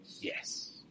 yes